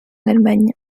allemagne